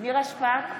נירה שפק,